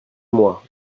moi